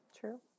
True